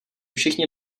všichni